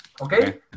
okay